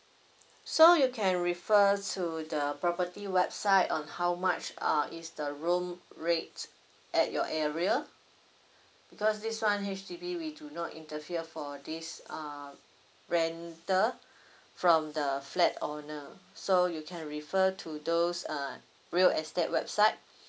so you can refer to the property website on how much uh is the room rates at your area because this one H_D_B we do not interfere for this uh rental from the flat owner so you can refer to those uh real estate website